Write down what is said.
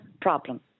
problem